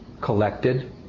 collected